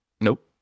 Nope